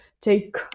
take